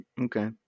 okay